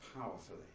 powerfully